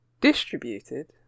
Distributed